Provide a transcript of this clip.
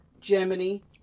germany